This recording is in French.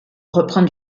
reprend